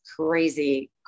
crazy